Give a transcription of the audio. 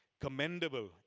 commendable